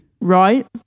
Right